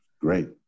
Great